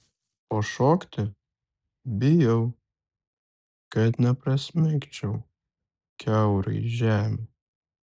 o šokti bijau kad neprasmegčiau kiaurai žemę